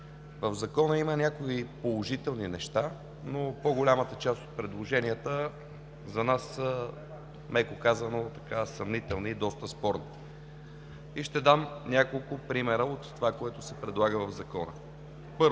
в Закона има някои положителни неща, но по-голямата част от предложенията за нас са, меко казано, съмнителни и доста спорни. Ще дам няколко примера от това, което се предлага в Закона.